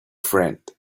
friend